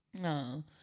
No